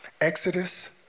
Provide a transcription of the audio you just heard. Exodus